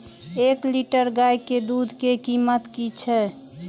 एक लीटर गाय के कीमत कि छै?